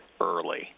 early